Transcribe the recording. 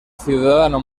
ciudadano